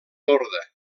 lorda